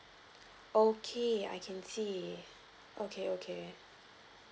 okay I can see okay okay